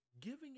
giving